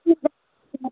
சரி sir okay sir